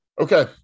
Okay